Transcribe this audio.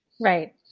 Right